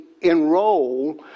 enroll